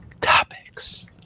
topics